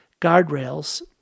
guardrails